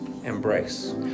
Embrace